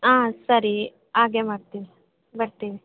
ಆಂ ಸರಿ ಹಾಗೇ ಮಾಡ್ತೀವಿ ಬರ್ತೀವಿ